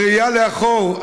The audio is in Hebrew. בראייה לאחור,